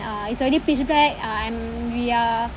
uh it's already pitch black uh and we are